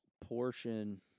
portion